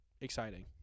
exciting